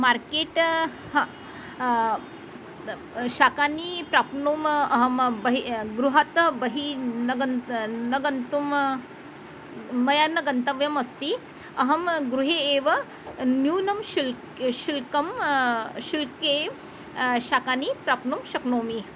market ह शाकानि प्राप्तुम् अहं बहिः गृहात् बहिः न गन्तुं न गन्तुं मया न गन्तव्यम् अस्ति अहं गृहे एव न्यूनं शुल्कं शुल्कं शुल्के शाकानि प्राप्तुं शक्नोमि